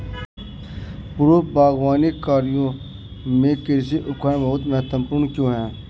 पूर्व बागवानी कार्यों में कृषि उपकरण बहुत महत्वपूर्ण क्यों है?